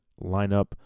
lineup